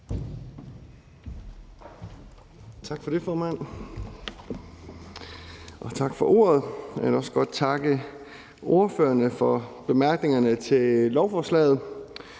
Tak for det, formand, og tak for ordet. Jeg vil også godt takke ordførerne for bemærkningerne til lovforslaget.